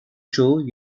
çoğu